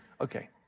Okay